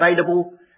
available